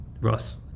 Ross